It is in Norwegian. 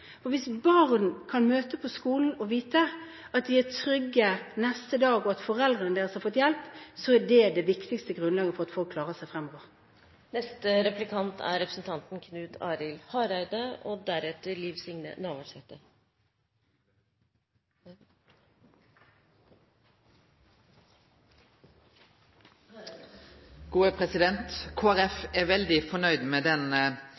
viktigste. Hvis barn kan møte på skolen og vite at de er trygge neste dag, og at foreldrene deres har fått hjelp, er det det viktigste grunnlaget for at folk klarer seg fremover. Kristeleg Folkeparti er veldig fornøgd med